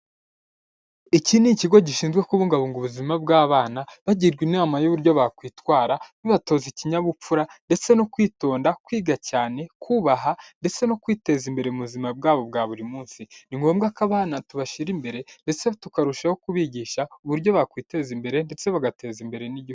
Iki ni ikigo gishinzwe kubungabunga ubuzima bw'abana, bagirwa inama y'uburyo bakwitwara, babatoza ikinyabupfura ndetse no kwitonda, kwiga cyane ,kubaha ndetse no kwiteza imbere mu buzima bwabo bwa buri munsi . Ni ngombwa ko abana tubashyira imbere ,ndetse tukarushaho kubigisha ,uburyo bakwiteza imbere ndetse bagateza imbere n'igihugu.